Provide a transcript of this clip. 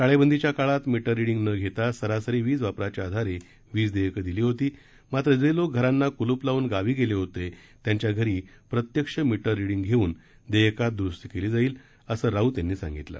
टाळेबंदीच्या काळात meter reading न घेता सरासरी वीज वापराच्या आधारे वीज देयकं दिली होती मात्र जे लोक घरांना क्लूप लावून गावी गेले होते त्यांच्या धरी प्रत्यक्ष मीटर रिडींग घेऊन देयकात दुरुस्ती केली जाईल असं राऊत यांनी सांगितलं